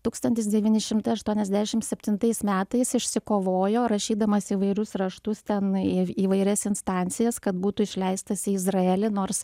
tūkstantis devyni šimtai aštuoniasdešimt septintais metais išsikovojo rašydamas įvairius raštus ten į įvairias instancijas kad būtų išleistas į izraelį nors